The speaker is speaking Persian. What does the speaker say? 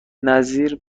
نظیر